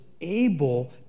able